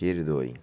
ক্ষীর দই